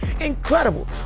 incredible